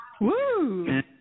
Woo